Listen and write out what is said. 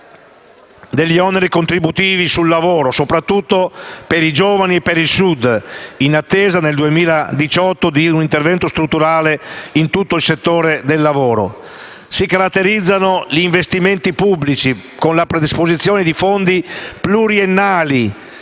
degli oneri contributivi sul lavoro soprattutto per i giovani e per il Sud, in attesa, nel 2018, di un intervento strutturale in tutto il settore del lavoro. Si caratterizzano gli investimenti pubblici con la predisposizione di fondi pluriennali